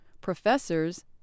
professors